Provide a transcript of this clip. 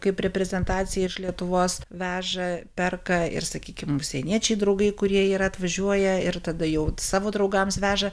kaip reprezentacijai iš lietuvos veža perka ir sakykim užsieniečiai draugai kurie yra atvažiuoja ir tada jau savo draugams veža